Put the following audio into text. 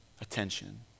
attention